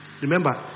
Remember